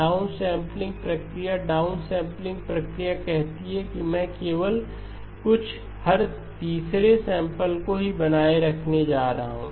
down sampling प्रक्रिया down sampling प्रक्रिया कहती है कि मैं केवल कुछ हर तीसरे सैंपल को ही बनाए रखने जा रहा हूं